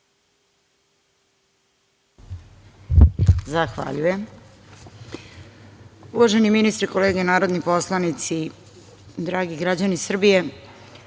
Zahvaljujem. Uvaženi ministre i kolege narodni poslanici, dragi građani Srbije,